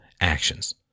actions